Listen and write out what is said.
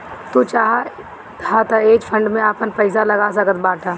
तू चाहअ तअ हेज फंड में आपन पईसा लगा सकत बाटअ